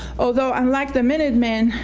although, unlike the minutemen,